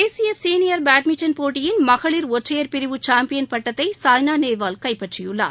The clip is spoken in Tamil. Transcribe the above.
தேசிய சீனியர் பேட்மிண்டன் போட்டியின் மகளிர் ஒற்றையர் பிரிவு சாம்பியன் பட்டத்தை சாய்னா நேவால் கைப்பற்றியுள்ளார்